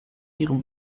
ihrem